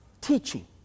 teaching